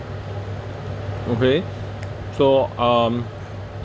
okay so um